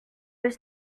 was